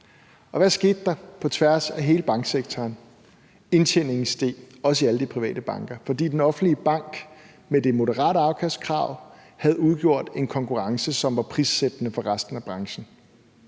og hvad skete der på tværs af hele banksektoren? Indtjeningen steg, også i alle de private banker, fordi den offentlige bank med det moderate afkastkrav havde udgjort en konkurrence, som var prissættende for resten af branchen.